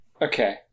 Okay